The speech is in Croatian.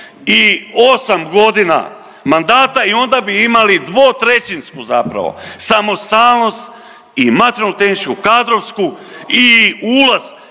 I 8 godina mandata i onda bi imali dvotrećinsku zapravo samostalnost i materijalno-tehničku, kadrovsku i ulaz